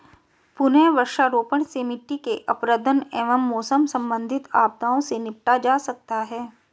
पुनः वृक्षारोपण से मिट्टी के अपरदन एवं मौसम संबंधित आपदाओं से निपटा जा सकता है